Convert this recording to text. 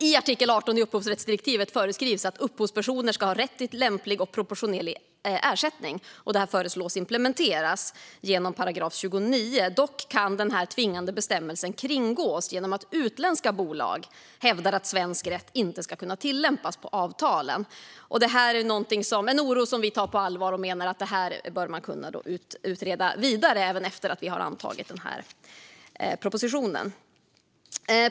I artikel 18 i upphovsrättsdirektivet föreskrivs att upphovspersoner ska ha rätt till lämplig och proportionerlig ersättning, och detta föreslås implementeras genom 29 §. Dock kan denna tvingande bestämmelse kringgås genom att utländska bolag hävdar att svensk rätt inte ska kunna tillämpas på avtalen. Det här är en oro som vi tar på allvar. Vi menar att man bör kunna utreda detta vidare, även efter att vi har antagit propositionen.